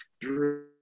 drew